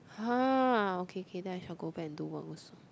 !huh! okay okay then I shall go back and do work also